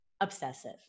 obsessive